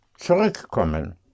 zurückkommen